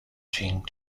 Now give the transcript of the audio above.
ching